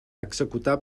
executar